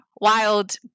wild